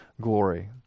glory